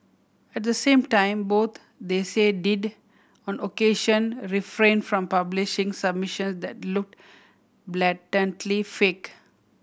at the same time both they say did on occasion refrain from publishing submission that looked blatantly fake